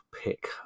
pick